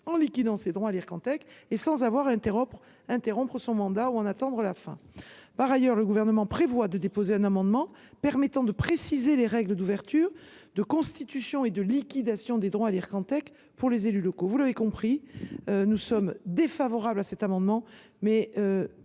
en liquidant ses droits à l’Ircantec sans avoir à interrompre son mandat ou à en attendre la fin. Par ailleurs, le Gouvernement prévoit de déposer un amendement permettant de préciser les règles d’ouverture, de constitution et de liquidation des droits à l’Ircantec pour les élus locaux. Mesdames, messieurs les sénateurs, vous l’avez compris, nous sommes défavorables à cet amendement ;